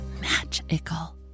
magical